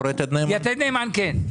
'יתד נאמן' כן.